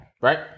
right